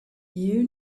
you